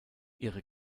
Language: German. ihre